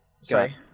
Sorry